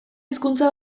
hizkuntza